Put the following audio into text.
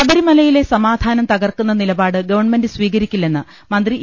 ശബരിമലയിലെ സമാധാനം തകർക്കുന്ന നിലപാട് ഗവൺമെന്റ് സ്വീകരിക്കില്ലെന്ന് മന്ത്രി ഇ